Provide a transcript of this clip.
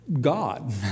God